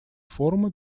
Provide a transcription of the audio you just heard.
форума